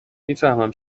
میفهمم